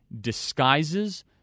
disguises